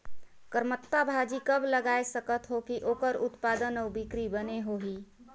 करमत्ता भाजी कब लगाय सकत हो कि ओकर उत्पादन अउ बिक्री बने होही?